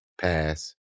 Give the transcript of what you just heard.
Pass